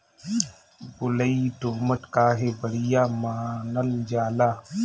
बलुई दोमट काहे बढ़िया मानल जाला?